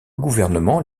gouvernement